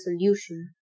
solution